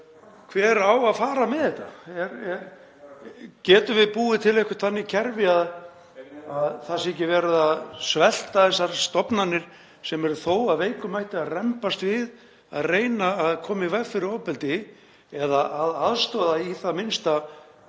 hver á að fara með þetta? Getum við búið til eitthvert þannig kerfi að það sé ekki verið að svelta þessar stofnanir sem eru þó af veikum mætti að rembast við að reyna að koma í veg fyrir ofbeldi eða að aðstoða í það minnsta